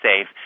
safe